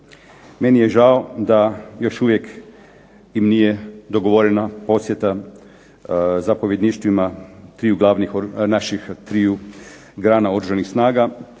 Meni je žao da još uvijek im nije dogovorena posjeta zapovjedništvima triju glavnih, naših triju grana oružanih snaga,